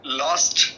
lost